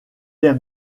aime